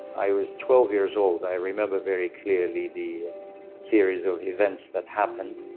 i was twelve years old. i remember very clearly the series of events that happened.